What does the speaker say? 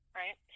right